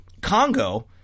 Congo